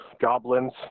goblins